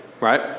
right